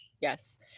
yes